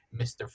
Mr